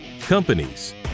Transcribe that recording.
companies